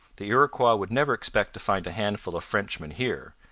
the iroquois would never expect to find a handful of frenchmen here,